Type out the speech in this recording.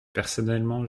personnellement